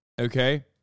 okay